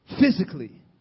physically